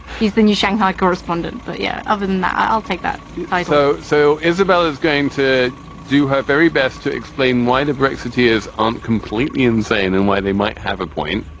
he's the new shanghai correspondent. but yeah, of and that i'll take that title so isabel is going to do her very best to explain why the brexiteers aren't completely insane and why they might have a point.